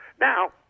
now